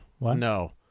no